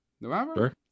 November